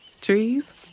Trees